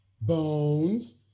Bones